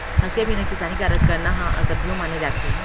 हँसिया बिना किसानी कारज करना ह असभ्यो माने जाथे